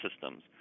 systems